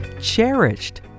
cherished